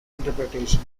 interpretation